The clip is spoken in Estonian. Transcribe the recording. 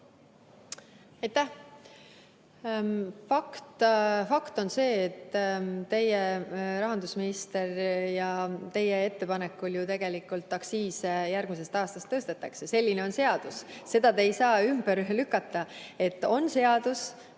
Aitäh! Fakt on see, et teie rahandusministri ja teie ettepanekul ju tegelikult aktsiise järgmisest aastast tõstetakse. Selline on seadus. Seda te ei saa ümber lükata, et on seadus,